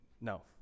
no